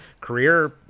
career